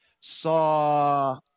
saw